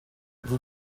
vous